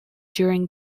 during